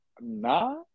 nah